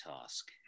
task